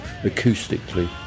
acoustically